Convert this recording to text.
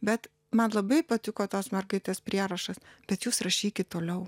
bet man labai patiko tos mergaitės prierašas bet jūs rašykit toliau